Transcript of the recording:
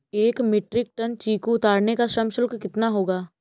एक metric ton चीकू उतारने का श्रम शुल्क कितना होगा?